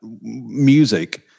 music